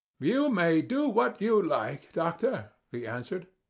you may do what you like, doctor, he answered.